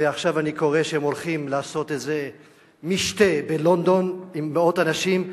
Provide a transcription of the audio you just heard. ועכשיו אני קורא שהם הולכים לעשות איזה משתה בלונדון עם מאות אנשים,